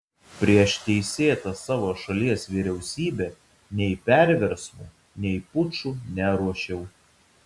prieš teisėtą savo šalies vyriausybę nei perversmų nei pučų neruošiau